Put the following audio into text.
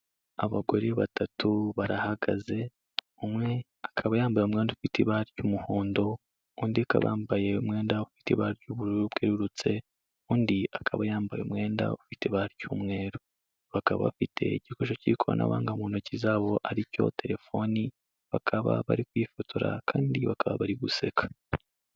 Abagore batatu barahagaze, umwe akaba yambaye umwenda ufite ibara ry'umuhondo, undi akaba yambaye umwenda ufite ibara ry'ubururu bwerutse, undi akaba yambaye umwenda ufite ibara ry’umweru, bakaba bafite igikoresho cy'ikoranabuhanga mu ntoki zabo ari cyo telefoni, bakaba bari kwifotora kandi bakaba bari guseka.